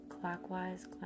clockwise